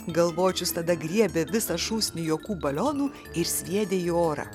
galvočius tada griebė visą šūsnį juokų balionų ir sviedė į orą